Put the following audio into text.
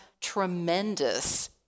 tremendous